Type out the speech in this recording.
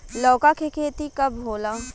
लौका के खेती कब होला?